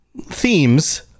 themes